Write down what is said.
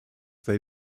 they